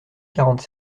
quarante